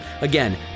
Again